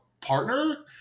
partner